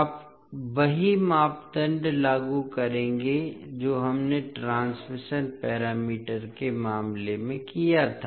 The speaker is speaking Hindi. आप वही मापदंड लागू करेंगे जो हमने ट्रांसमिशन पैरामीटर के मामले में किया था